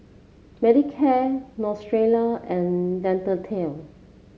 Manicare Neostrata and Dentiste